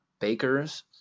bakers